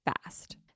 fast